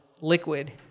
liquid